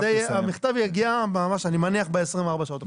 המכתב יגיע, אני מניח, ב-24 שעות הקרובות.